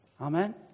Amen